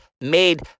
made